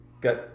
got